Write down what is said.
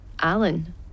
Alan